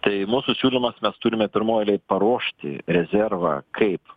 tai mūsų siūlymas mes turime pirmoj eilėj paruošti rezervą kaip